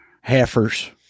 heifers